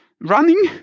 running